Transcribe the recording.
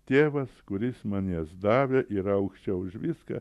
tėvas kuris man jas davė yra aukščiau už viską